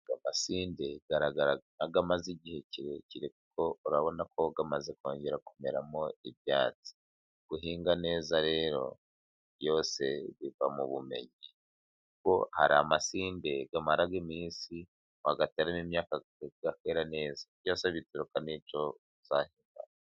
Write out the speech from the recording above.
Amasinde aragaragara ko amaze igihe kirekire, kuko urabona ko amaze kongera kumeramo ibyatsi. Guhinga neza rero byose biva mu bumenyi, kuko hari amasinde amara iminsi wayataremo imyaka ikera neza, byose bituruka n'icyo uzanye.